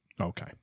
Okay